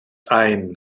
ein